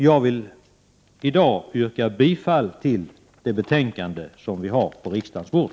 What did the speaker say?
Jag vill i dag yrka bifall till hemställan i det betänkande som ligger på riksdagens bord.